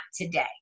today